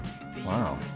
Wow